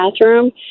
bathroom